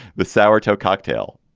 the sour toe cocktail.